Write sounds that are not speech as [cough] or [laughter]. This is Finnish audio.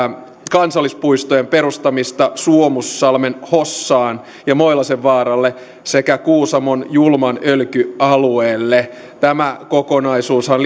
kansallispuistojen perustaminen suomussalmen hossaan ja moilasenvaaralle sekä kuusamon julman ölkyn alueelle tämä kokonaisuushan [unintelligible]